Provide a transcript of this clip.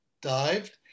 dived